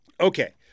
Okay